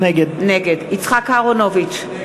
נגד יצחק אהרונוביץ,